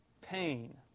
pain